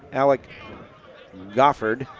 alec goffard.